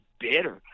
bitter